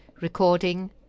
Recording